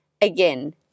Again